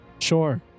Sure